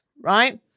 right